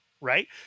Right